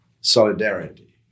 solidarity